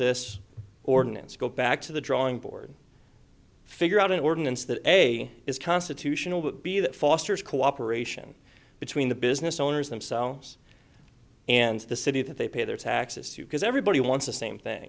this ordinance go back to the drawing board figure out an ordinance that a is constitutional would be that fosters cooperation between the business owners themselves and the city that they pay their taxes to because everybody wants the same thing